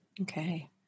Okay